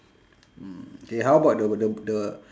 mm K how about the the the